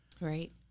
Right